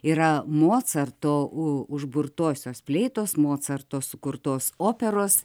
yra mocarto užburtosios fleitos mocarto sukurtos operos